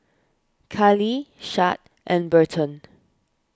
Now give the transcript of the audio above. Carlee Shad and Berton